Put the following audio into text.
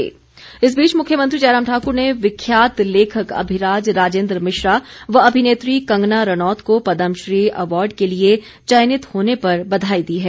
बधाई इस बीच मुख्यमंत्री जयराम ठाकुर ने विख्यात लेखक अभिराज राजेन्द्र मिश्रा व अभिनेत्री कंगना रणौत को पद्मश्री अवॉर्ड के लिए चयनित होने पर बधाई दी है